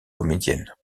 comédienne